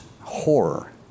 horror